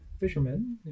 fishermen